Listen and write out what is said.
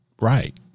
right